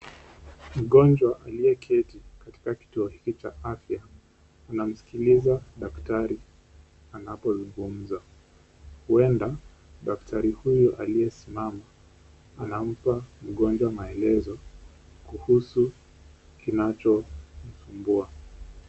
Mgonjwa aliyeketi katika kituo hiki cha afya, anamsikiliza daktari anapozungumza. Huenda daktari huyu aliyesimama anampa mgonjwa maelezo kuhusu kinachomsumbua.